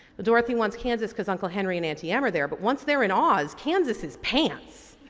dorothy wants kansas because uncle henry and auntie m are there but once they're in oz, kansas is pants.